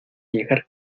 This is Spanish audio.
llegar